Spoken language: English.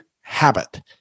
habit